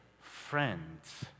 friends